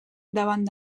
davant